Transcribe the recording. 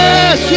Yes